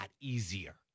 easier